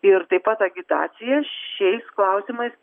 ir taip pat agitacija šiais klausimais